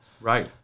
Right